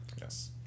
Yes